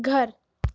گھر